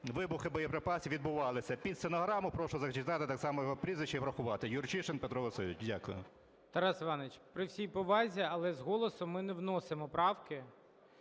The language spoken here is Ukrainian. вибухи боєприпасів відбувалися. Під стенограму прошу зачитати так само його прізвище і врахувати. Юрчишин Петро Васильович. Дякую. ГОЛОВУЮЧИЙ. Тарас Іванович, при всій повазі, але з голосу ми не вносимо правки.